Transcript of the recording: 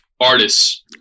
artists